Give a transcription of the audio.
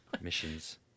missions